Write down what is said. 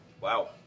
Wow